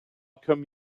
come